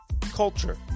culture